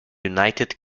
united